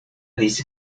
dice